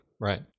Right